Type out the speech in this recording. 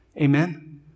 Amen